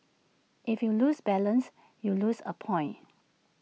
if you lose balance you lose A point